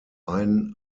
ein